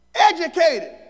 educated